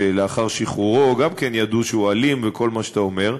שלאחר שחרורו גם כן ידעו שהוא אלים וכל מה שאתה אומר.